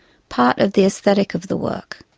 part of the aesthetic of the work,